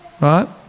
right